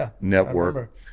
network